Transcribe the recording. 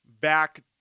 back